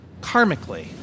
karmically